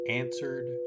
answered